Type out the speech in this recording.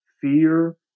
fear